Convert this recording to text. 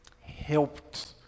helped